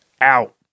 Out